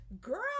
Girl